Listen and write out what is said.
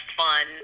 fun